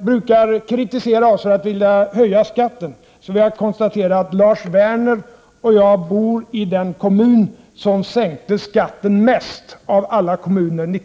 brukar kritisera oss för att vilja höja skatten vill jag bara konstatera att Lars Werner och jag bor i den kommun som 1988 sänkte skatten mest av alla kommuner.